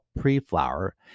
pre-flower